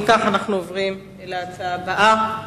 אם כך, אנחנו עוברים להצעה הבאה.